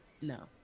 no